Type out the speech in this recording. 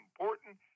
important